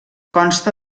consta